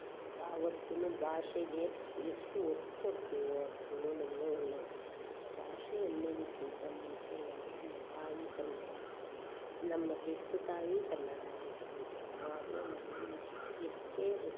ಯಾವತ್ತೂ ಭಾಷೆಗೆ ಎಷ್ಟು ಒತ್ತು ಕೊಡ್ತೀವೋ ಅಷ್ಟೂ ನಮ್ಗೆ ಒಳ್ಳೆಯದು ಭಾಷೆ ಎಲ್ಲದಕ್ಕಿಂತ ಮುಂಚೆ ನಮ್ಮ ನಮ್ಮ ತಾಯಿ ಕನ್ನಡ ನಮ್ಮ ಹೆತ್ತ ತಾಯಿ ಕನ್ನಡ ಅಂದ್ಕೊಳ್ಬೇಕು ಆವಾಗಲೇ ನಮಗೆ ಇಷ್ಟು ಎಷ್ಟೇ